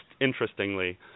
interestingly